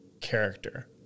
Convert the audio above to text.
character